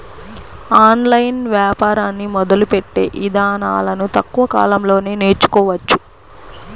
online వ్యాపారాన్ని మొదలుపెట్టే ఇదానాలను తక్కువ కాలంలోనే నేర్చుకోవచ్చు